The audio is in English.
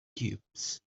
cubes